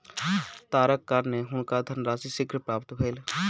तारक कारणेँ हुनका धनराशि शीघ्र प्राप्त भेल